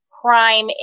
Prime